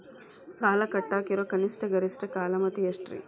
ಸಾಲ ಕಟ್ಟಾಕ ಇರೋ ಕನಿಷ್ಟ, ಗರಿಷ್ಠ ಕಾಲಮಿತಿ ಎಷ್ಟ್ರಿ?